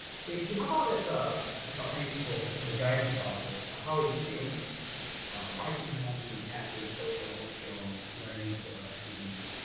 stacy. how about at the at the high school and the guidance office. so and how are you seeing technology impacting social emotional learning for our students.